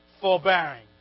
forbearing